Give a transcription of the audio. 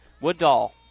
Woodall